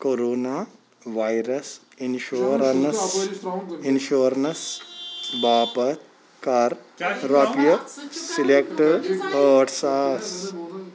corona virus insurance insurance باپتھ کَر رۄپیہِ سِلیکٹ ٲٹھ ساس